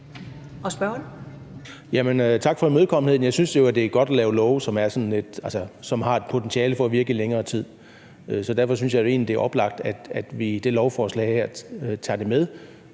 Rasmussen (EL): Tak for imødekommenheden. Jeg synes jo, det er godt at lave love, som har et potentiale for at virke i længere tid. Så derfor synes jeg jo egentlig, det er oplagt, at vi i det lovforslag her tager med